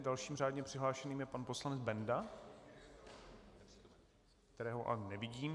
Dalším řádně přihlášeným je pan poslanec Benda, kterého ale nevidím.